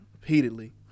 repeatedly